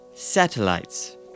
satellites